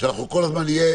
שאנחנו כל הזמן נהיה